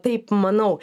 taip manau